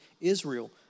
Israel